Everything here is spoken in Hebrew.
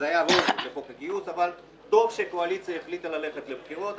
אז היה רוב לחוק הגיוס אבל טוב שהקואליציה החליטה ללכת לבחירות.